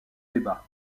débat